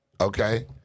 Okay